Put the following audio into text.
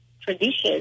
traditions